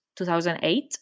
2008